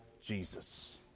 Jesus